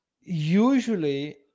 usually